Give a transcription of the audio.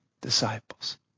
disciples